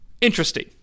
interesting